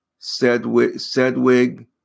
Sedwig